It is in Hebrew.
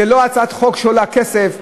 זו לא הצעת חוק שעולה כסף,